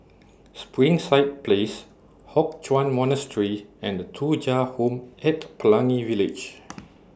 Springside Place Hock Chuan Monastery and Thuja Home At Pelangi Village